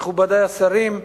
מכובדי השרים,